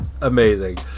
amazing